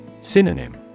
Synonym